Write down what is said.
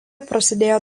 prasidėjo